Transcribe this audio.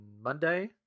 Monday